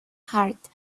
hart